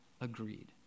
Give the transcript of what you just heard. agreed